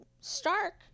Stark